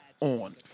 on